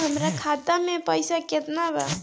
हमरा खाता में पइसा केतना बा?